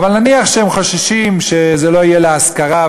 אבל נניח שהם חוששים שזה לא יהיה להשכרה,